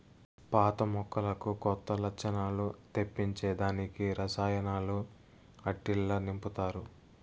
పాత మొక్కలకు కొత్త లచ్చణాలు తెప్పించే దానికి రసాయనాలు ఆట్టిల్ల నింపతారు